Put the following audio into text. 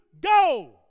go